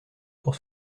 pour